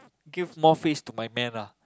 give more face to my man ah